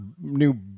new